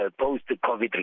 post-COVID